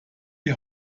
die